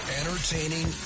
entertaining